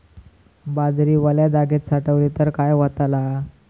बाजरी वल्या जागेत साठवली तर काय होताला?